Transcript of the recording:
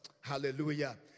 Hallelujah